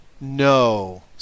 No